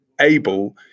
able